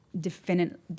definite